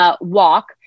walk